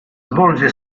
svolge